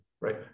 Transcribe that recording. right